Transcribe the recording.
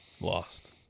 lost